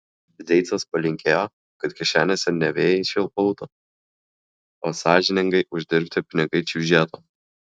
zeicas palinkėjo kad kišenėse ne vėjai švilpautų o sąžiningai uždirbti pinigai čiužėtų